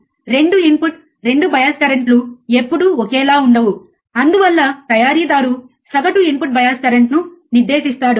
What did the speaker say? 2 input 2 bias current లు ఎప్పుడూ ఒకేలా ఉండవు అందువల్ల తయారీదారు సగటు ఇన్పుట్ బయాస్ కరెంట్ ను నిర్దేశిస్తాడు